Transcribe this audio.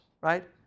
right